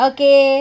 Okay